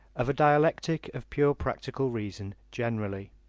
of a dialectic of pure practical reason generally.